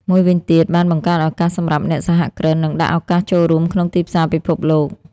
មួយវិញទៀត បានបង្កើតឱកាសសំរាប់អ្នកសហគ្រិន និងដាក់ឱកាសចូលរួមក្នុងទីផ្សារពិភពលោក។